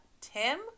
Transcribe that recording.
Tim